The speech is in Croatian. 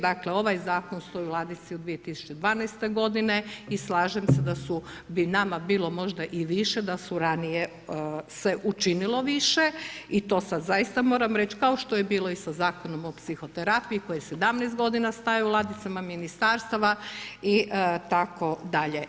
Dakle, ovaj zakon stoji u ladici od 2012. godine i slažem se da su, bi nama bilo možda i više da su ranije se učinilo više i to sada zaista moram reći kao što je bilo i sa Zakonom o psihoterapiji koji je 17 godina stajao u ladicama ministarstava itd.